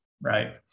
right